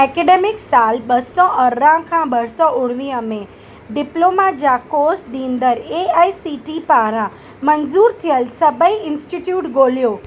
academic सालु ॿ सौ अरिड़हं खां ॿ सौ उणिवीह में डिप्लोमा जा कोर्स ॾींदर ए आई सी टी पारां मंज़ूरु थियल सभई इन्स्टिट्यूट ॻोल्हियो